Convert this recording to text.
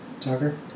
Tucker